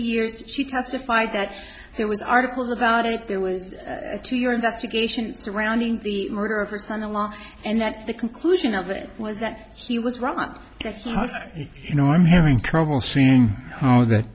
years she testified that there was articles about it there was a two year investigation surrounding the murder of her son in law and that the conclusion of it was that he was wrong you know i'm having trouble seeing how that